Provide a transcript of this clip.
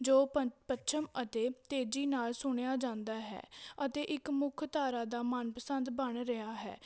ਜੋ ਪ ਪੱਛਮ ਅਤੇ ਤੇਜੀ ਨਾਲ ਸੁਣਿਆ ਜਾਂਦਾ ਹੈ ਅਤੇ ਇੱਕ ਮੁੱਖ ਧਾਰਾ ਦਾ ਮਨਪਸੰਦ ਬਣ ਰਿਹਾ ਹੈ